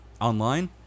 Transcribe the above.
online